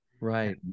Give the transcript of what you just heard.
right